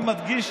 אני מדגיש.